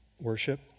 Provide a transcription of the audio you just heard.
Worship